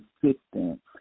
consistent